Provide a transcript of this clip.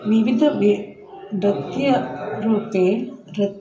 विविध वे नृत्यरूपे र